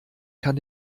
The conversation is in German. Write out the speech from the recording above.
kann